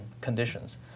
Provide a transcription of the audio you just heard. conditions